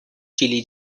chili